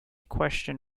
question